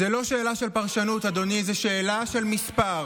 זו לא שאלה של פרשנות, אדוני, זו שאלה של מספר.